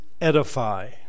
edify